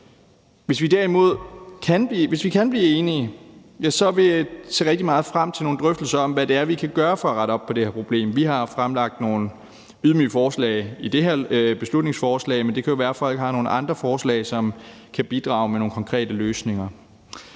Hvis vi kan blive enige, vil jeg se rigtig meget frem til nogle drøftelser om, hvad det er, vi kan gøre for at rette op på det her problem. Vi har fremlagt nogle ydmyge forslag i det her beslutningsforslag, men det kan jo være, at folk har nogle andre forslag, som kan bidrage med nogle konkrete løsninger.